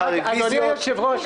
אדוני היושב-ראש,